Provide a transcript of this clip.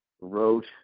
wrote